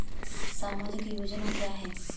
सामाजिक योजना क्या है?